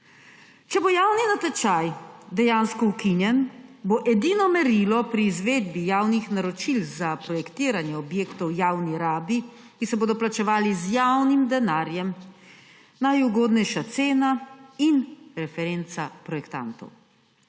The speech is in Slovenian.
Če bo javni natečaj dejansko ukinjen, bo edino merilo pri izvedbi javnih naročil za projektiranje objektov v javni rabi, ki se bodo plačevali z javnim denarjem, najugodnejša cena in referenca projektantov.